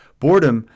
boredom